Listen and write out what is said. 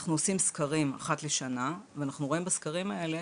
אנחנו עושים סקרים אחת לשנה ואנחנו רואים בסקרים האלה